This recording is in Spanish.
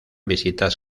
visitas